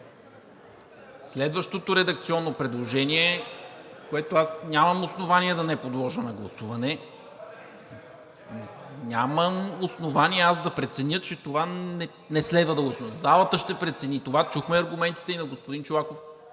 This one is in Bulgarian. Следващото редакционно предложение, което аз нямам основание да не подложа на гласуване (реплики от ГЕРБ-СДС) – нямам основание аз да преценя, че това не следва да го подложа, залата ще прецени. Чухме аргументите и на господин Чолаков,